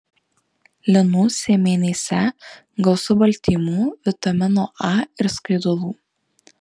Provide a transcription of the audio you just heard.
linų sėmenyse gausu baltymų vitamino a ir skaidulų